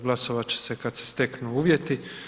Glasovat će se kad se steknu uvjeti.